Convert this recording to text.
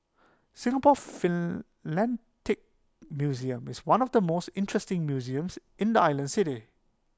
Singapore museum is one of the most interesting museums in the island city